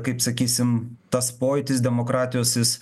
kaip sakysim tas pojūtis demokratijos jis